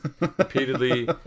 repeatedly